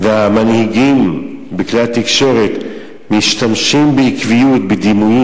והמנהיגים בכלי התקשורת משתמשים בעקביות בדימויים